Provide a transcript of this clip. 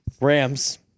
Rams